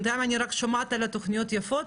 בינתיים אני רק שומעת על תכניות יפות.